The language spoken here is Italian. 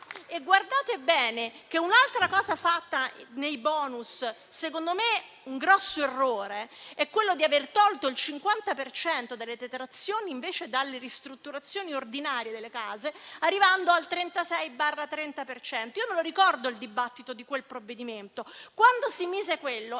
Guardate bene che un'altra cosa fatta nei *bonus* - secondo me, è un grosso errore - è aver tolto il 50 per cento delle detrazioni dalle ristrutturazioni ordinarie delle case, arrivando al 36-30 per cento. Io ricordo il dibattito di quel provvedimento: quando si mise quella